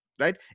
right